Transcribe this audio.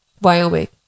Wyoming